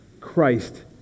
Christ